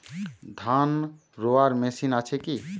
ধান রোয়ার মেশিন আছে কি?